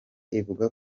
ivuga